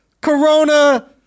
Corona